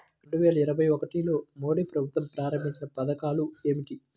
రెండు వేల ఇరవై ఒకటిలో మోడీ ప్రభుత్వం ప్రారంభించిన పథకాలు ఏమిటీ?